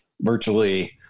virtually